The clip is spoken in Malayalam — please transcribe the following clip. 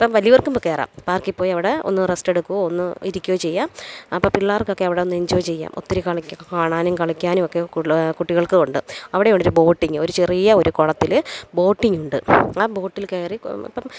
അപ്പോള് വലിയവർക്കും കയറാം പാർക്കില് പോയി അവിട ഒന്ന് റസ്റ്റെടുക്കുവോ ഒന്ന് ഇരിക്കയോ ചെയ്യാം അപ്പോള് പിള്ളാര്ക്കൊക്കെ അവിടെനിന്ന് എന്ജോയ് ചെയ്യാം ഒത്തിരി കളിക്ക കാണാനും കളിക്കാനും ഒക്കെ ഒള്ള കുട്ടികൾക്കുമുണ്ട് അവിടെ ഉണ്ട് ഒരു ബോട്ടിങ്ങ് ഒരു ചെറിയ ഒരു കുളത്തില് ബോട്ടിങ്ങുണ്ട് ആ ബോട്ടില് കയറി